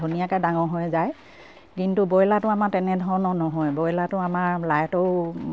ধুনীয়াকে ডাঙৰ হৈ যায় কিন্তু ব্ৰইলাৰটো আমাৰ তেনেধৰণৰ নহয় ব্ৰইলাৰটো আমাৰ লাইটৰো